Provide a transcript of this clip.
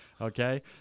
Okay